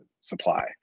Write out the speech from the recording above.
supply